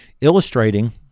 Illustrating